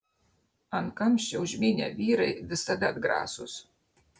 ant kamščio užmynę vyrai visada atgrasūs